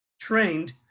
trained